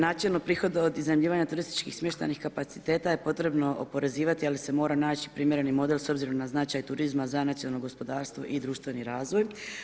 Načelno prihod od iznajmljivanja turističkih smještajnih kapaciteta je potrebno oporezivati ali se mora naći primjereni model s obzirom na značaj turizma za nacionalno gospodarstvo i društveni razvoj.